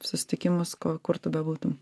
susitikimus ko kur tu bebūtum